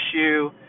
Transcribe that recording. issue